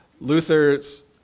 Luther's